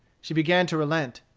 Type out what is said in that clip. she began to relent.